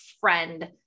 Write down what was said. friend